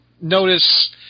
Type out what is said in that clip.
notice